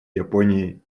японии